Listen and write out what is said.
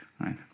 right